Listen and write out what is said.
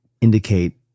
indicate